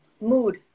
Mood